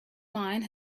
mine